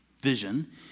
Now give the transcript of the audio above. vision